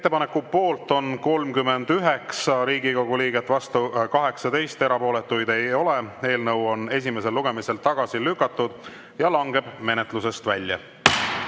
Ettepaneku poolt on 39 Riigikogu liiget, vastu 18, erapooletuid ei ole. Eelnõu on esimesel lugemisel tagasi lükatud ja langeb menetlusest välja.